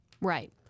Right